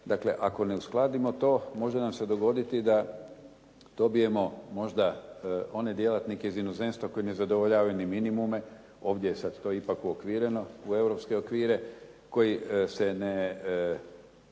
dakle ako ne uskladimo to može nam se dogoditi da dobijemo možda one djelatnike iz inozemstva koje ne zadovoljavaju ni minimume. Ovdje je sad to ipak uokvireno u europske okvire koji se ne